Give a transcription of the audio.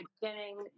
beginning